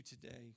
today